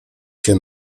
się